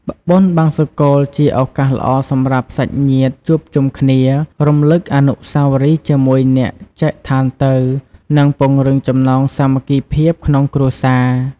បុណ្យបង្សុកូលជាឱកាសល្អសម្រាប់សាច់ញាតិជួបជុំគ្នា រំលឹកអនុស្សាវរីយ៍ជាមួយអ្នកចែកឋានទៅ និងពង្រឹងចំណងសាមគ្គីភាពក្នុងគ្រួសារ។